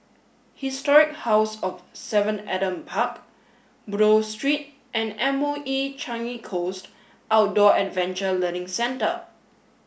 Historic House of Seven Adam Park Buroh Street and M O E Changi Coast Outdoor Adventure Learning Centre